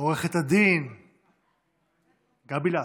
עו"ד גבי לסקי.